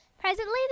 Presently